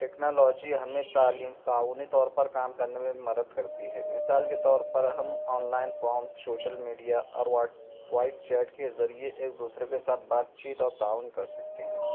technology ہمیں تعیلم تعاونی طور پر کام کرنے میں بھی مدد کرتی ہے مثال کے طور پر ہم online forums social media اور واٹس وائس چیٹ کے ذریعے ایک دوسرے کے ساتھ بات چیت اور تعاون کرسکتے ہیں